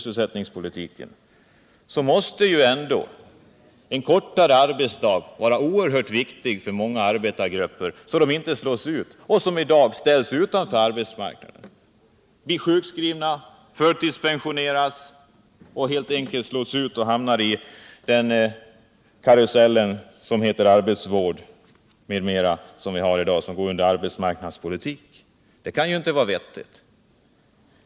En kortare arbetsdag måste vara oerhört viktig för många arbetargrupper, för att de inte skall slås ut, och för dem som i dag ställs utanför arbetsmarknaden, som sjukskrivs, förtidspensioneras, hamnar i den karusell som heter arbetsvård m.m. och som ingår i arbetsmarknadspolitiken. Det kan inte vara vettigt.